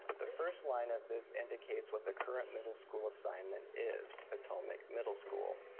the first line of this indicates what the current middle school assignment is, potomac middle school.